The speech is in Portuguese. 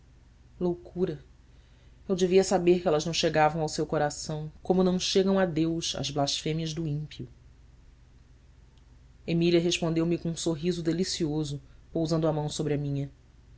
loucura eu devia saber que elas não chegavam ao seu coração como não chegam a deus as blasfêmias do ímpio emília respondeu-me com um sorriso delicioso pousando a mão sobre a minha